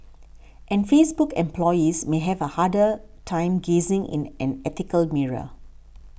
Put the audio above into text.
and Facebook employees may have a harder time gazing in an ethical mirror